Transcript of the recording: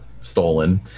stolen